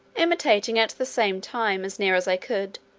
imitating at the same time, as near as i could,